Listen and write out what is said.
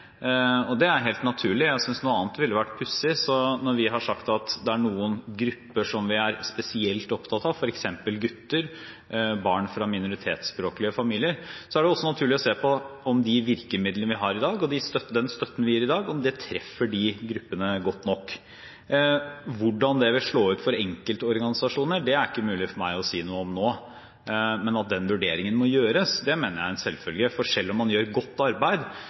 Det er helt naturlig, jeg synes noe annet ville vært pussig. Når vi har sagt at det er noen grupper som vi er spesielt opptatt av, f.eks. gutter og barn fra minoritetsspråklige familier, er det også naturlig å se på om de virkemidlene vi har i dag, og den støtten vi gir i dag, treffer disse gruppene godt nok. Hvordan dette vil slå ut for enkeltorganisasjoner, er det ikke mulig for meg å si noe om nå, men at en slik vurdering må gjøres, mener jeg er en selvfølge. Selv om man gjør godt arbeid,